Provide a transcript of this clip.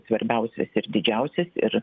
svarbiausias ir didžiausias ir